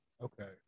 Okay